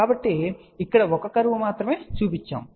కాబట్టి ఇక్కడ ఒక కర్వ్ మాత్రమే చూపబడింది